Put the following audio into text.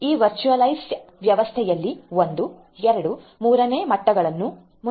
ಈ ವರ್ಚುಯಲೈಝೆಡ್ ವ್ಯವಸ್ಥೆಯಲ್ಲಿ 1 2 3 ನೇ ಮಟ್ಟಗಳು ಮುಂಚಿನಿಂದಲೂ ಇರುತ್ತವೆ